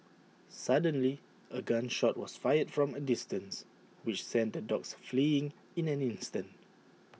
suddenly A gun shot was fired from A distance which sent the dogs fleeing in an instant